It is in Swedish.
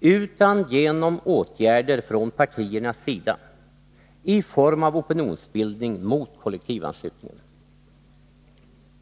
utan genom åtgärder från partiernas sida i form av opinionsbildning mot kollektivanslutningen.